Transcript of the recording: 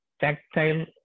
tactile